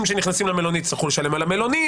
שנכנסים למלונית יצטרכו לשלם על המלונית.